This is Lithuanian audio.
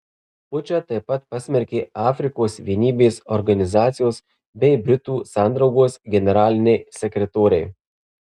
pučą taip pat pasmerkė afrikos vienybės organizacijos bei britų sandraugos generaliniai sekretoriai